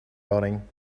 rotting